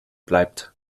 bleibt